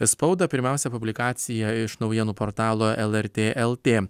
spaudą pirmiausia publikacija iš naujienų portalo lrt lt